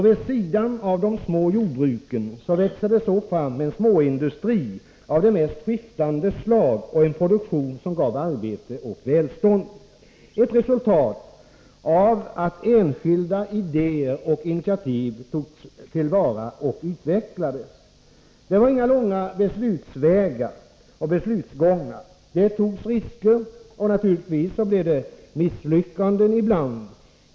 Vid sidan av de små jordbruken växte det på detta sätt fram en småindustri av det mest skiftande slag och en produktion som gav arbete och välstånd — ett resultat av att enskilda idéer och initiativ togs till vara och utvecklades. Det var inga långa beslutsgångar. Det togs risker, och naturligtvis blev det ibland misslyckanden.